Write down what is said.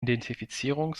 identifizierung